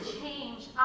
change